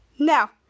Now